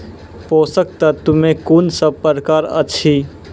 पोसक तत्व मे कून सब प्रकार अछि?